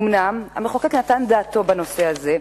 אומנם המחוקק נתן דעתו בנושא הזה,